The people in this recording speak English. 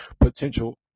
potential